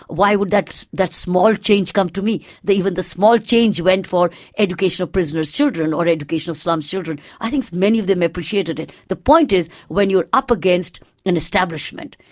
why would that that small change come to me? they, even the small change went for education of prisoners' children, or education of slums children. i think many of them appreciated it. the point is, when you're up against an establishment,